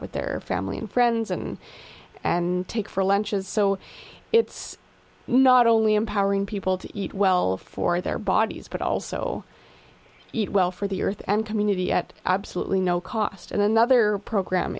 share with their family and friends and and take for lunches so it's not only empowering people to eat well for their bodies but also eat well for the earth and community at absolutely no cost and another program